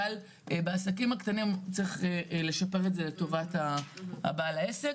אבל בעסקים הקטנים צריך לשפר את זה לטובת בעל העסק.